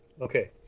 Okay